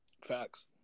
Facts